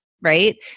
right